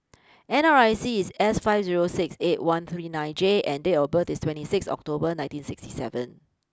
N R I C is S five zero six eight one three nine J and date of birth is twenty six October nineteen sixty seven